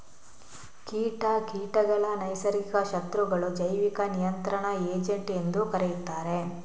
ಕೀಟ ಕೀಟಗಳ ನೈಸರ್ಗಿಕ ಶತ್ರುಗಳು, ಜೈವಿಕ ನಿಯಂತ್ರಣ ಏಜೆಂಟ್ ಎಂದೂ ಕರೆಯುತ್ತಾರೆ